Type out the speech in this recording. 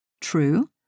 true